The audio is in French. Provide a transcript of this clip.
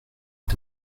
est